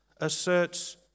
asserts